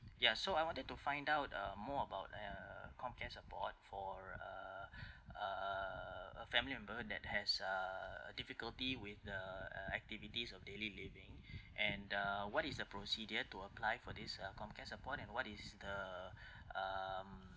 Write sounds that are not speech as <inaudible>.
ya so I wanted to find out uh more about uh COMCARE support for uh <breath> uh a family member that has uh difficulty with the uh activities of daily living <breath> and uh what is the procedure to apply for this uh COMCARE support and what is the <breath> um